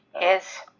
yes